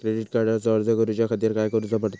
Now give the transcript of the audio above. Credit कार्डचो अर्ज करुच्या खातीर काय करूचा पडता?